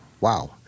Wow